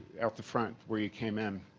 out the front where you came in.